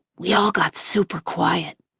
we all got super quiet,